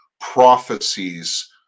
prophecies